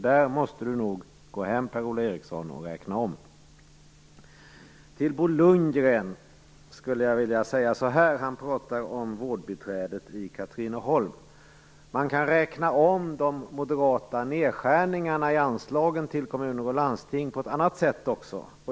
Där måste nog Per-Ola Eriksson gå hem och räkna om. Bo Lundgren pratar om vårdbiträdet i Katrineholm. Man kan räkna om de moderata nedskärningarna i anslagen till kommuner och landsting på ett annat sätt också.